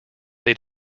they